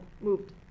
moved